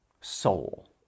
soul